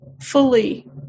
fully